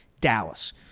Dallas